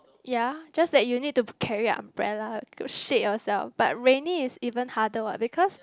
ya just that you need to carry a umbrella to shade yourself but rainy is even harder what because